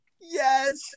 Yes